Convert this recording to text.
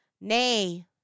nay